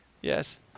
yes